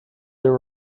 there